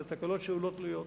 לתקלות שעלולות להיות.